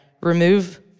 Remove